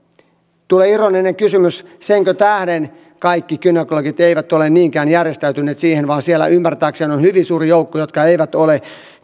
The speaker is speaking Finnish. on marginaalinen ongelma tulee ironinen kysymys senkö tähden kaikki kätilöt eivät ole niinkään järjestäytyneet siihen vaan siellä ymmärtääkseni on on hyvin suuri joukko niitä jotka eivät ole